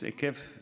היקף